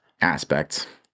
aspects